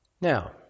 Now